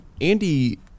Andy